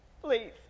Please